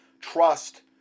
trust